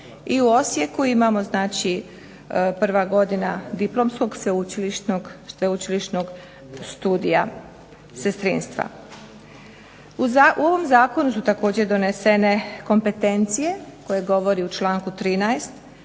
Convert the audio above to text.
I u Osijeku imamo znači prva godina diplomskog sveučilišnog studija sestrinstva. U ovom zakonu su također donesene kompetencije koje govori u članku 13.